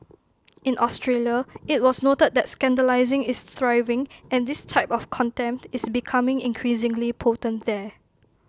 in Australia IT was noted that scandalising is thriving and this type of contempt is becoming increasingly potent there